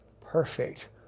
perfect